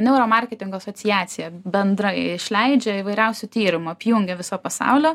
neuromarketingo asociacija bendra išleidžia įvairiausių tyrimų apjungia viso pasaulio